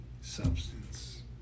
substance